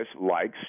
likes